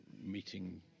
meeting